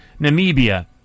Namibia